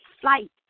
flight